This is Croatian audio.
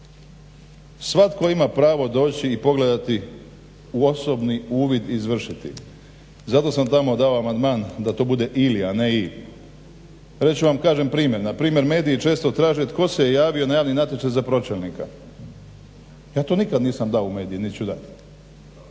Svako ima pravo doći pogledati osobni uvid izvršiti. Zato sam tamo dao amandman da to bude ili a ne i. Reći ću vam kažem primjer, npr. mediji često traže tko se javio na javni natječaj za pročelnika. Ja to nikad nisam dao u medij niti ću dati.